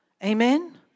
Amen